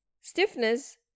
stiffness